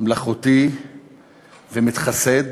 מלאכותי ומתחסד.